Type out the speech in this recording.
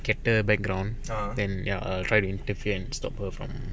kettle background then ya I'll try to intervene to stop her from